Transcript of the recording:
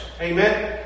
Amen